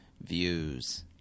views